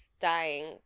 dying